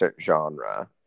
genre